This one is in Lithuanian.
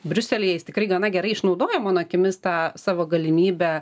briuselyje jis tikrai gana gerai išnaudojo mano akimis tą savo galimybę